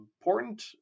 important